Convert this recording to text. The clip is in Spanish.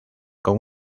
con